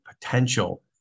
potential